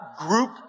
group